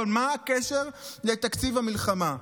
אבל מה הקשר לתקציב המלחמה?